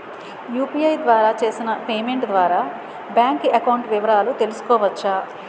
UPI ద్వారా చేసిన payment ద్వారా బ్యాంక్ అకౌంట్ వివరాలు తెలుసుకోవచ్చ?